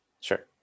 Sure